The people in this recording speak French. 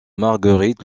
marguerite